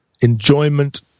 enjoyment